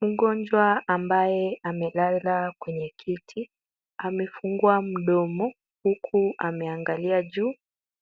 Mgonjwa ambaye amelala kwenye kiti, amefungua mdomo huku ameangalia juu,